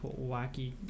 wacky